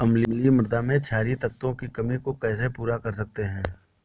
अम्लीय मृदा में क्षारीए तत्वों की कमी को कैसे पूरा कर सकते हैं?